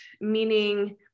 meaning